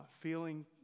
feeling